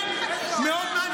מעניין, חצי שנה, כן, מאוד מעניין.